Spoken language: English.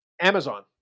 amazon